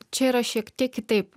čia yra šiek tiek kitaip